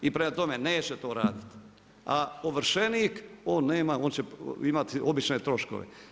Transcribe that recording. I prema tome, neće to raditi, a ovršenik, on će imati obične troškove.